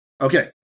Okay